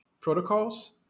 protocols